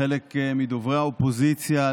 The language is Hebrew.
היא לא יודעת איך מתנהגים.